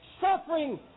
suffering